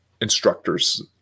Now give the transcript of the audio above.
instructors